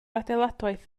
adeiladwaith